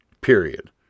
period